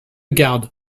garde